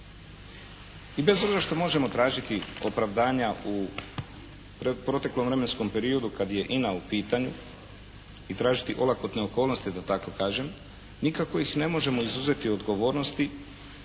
I bez obzira što možemo tražiti opravdanja u proteklom vremenskom periodu kad je INA u pitanju i tražiti olakotne okolnosti da tako kažem nikako ih ne možemo izuzeti odgovornosti